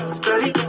study